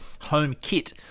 HomeKit